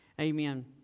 Amen